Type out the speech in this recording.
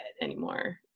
anymore